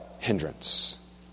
hindrance